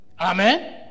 Amen